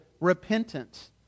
repentance